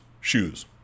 shoes